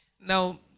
Now